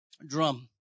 Drum